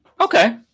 Okay